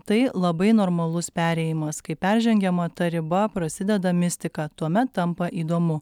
tai labai normalus perėjimas kai peržengiama ta riba prasideda mistika tuomet tampa įdomu